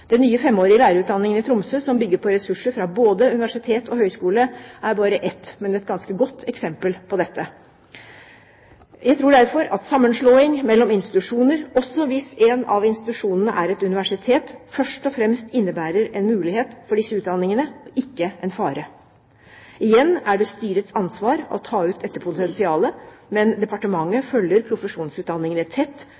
Den nye femårige lærerutdanningen i Tromsø, som bygger på ressurser fra både universitet og høyskole, er bare ett – men et ganske godt – eksempel på dette. Jeg tror derfor at sammenslåing mellom institusjoner, også hvis en av institusjonene er et universitet, først og fremst innebærer en mulighet for disse utdanningene og ikke en fare. Igjen er det styrets ansvar å ta ut dette potensialet, men departementet